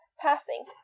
passing